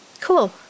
Cool